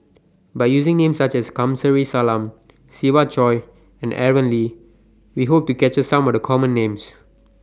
By using Names such as Kamsari Salam Siva Choy and Aaron Lee We Hope to capture Some of The Common Names